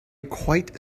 quite